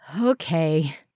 Okay